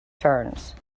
turns